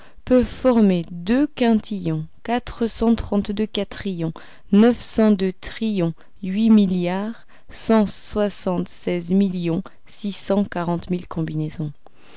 former deux quintillions quatre cent trente-deux quatrillions neuf cent deux trillions huit milliards cent soixante-seize millions six cent quarante mille combinaisons